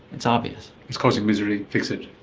it's obvious. it's causing misery, fix it.